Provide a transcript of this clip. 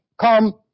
come